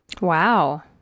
wow